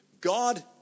God